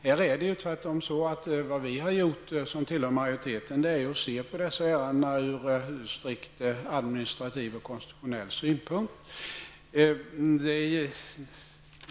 Vad vi som tillhör majoriteten har gjort är tvärtom att se på dessa ärenden från strikt administrativ och konstitutionell synpunkt.